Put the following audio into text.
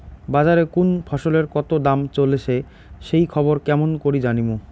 বাজারে কুন ফসলের কতো দাম চলেসে সেই খবর কেমন করি জানীমু?